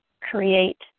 create